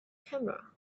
camera